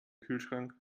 kühlschrank